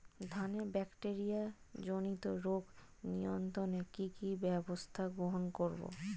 ধানের ব্যাকটেরিয়া জনিত রোগ নিয়ন্ত্রণে কি কি ব্যবস্থা গ্রহণ করব?